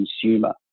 consumer